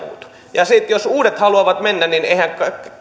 ja sitten jos uudet haluavat mennä niin eihän kai